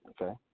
Okay